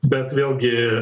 bet vėlgi